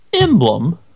emblem